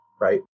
right